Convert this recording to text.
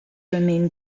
remain